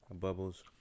bubbles